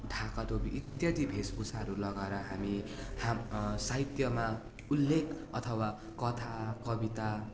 ढाका टोपी इत्यादि वेशभूषाहरू लगाएर हामी हाम् साहित्यमा उल्लेख अथवा कथा कविता